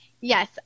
Yes